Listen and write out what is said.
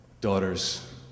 daughters